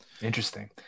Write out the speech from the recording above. Interesting